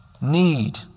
need